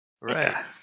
Right